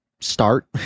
start